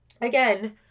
again